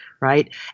right